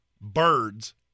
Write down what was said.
birds